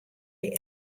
bin